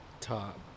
Top